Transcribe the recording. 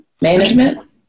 management